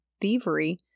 thievery